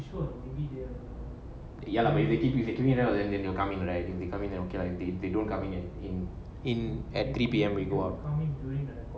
so the other maturity with terminal and general coming riding the camino guaranteed they don't coming in in in at three P_M we go up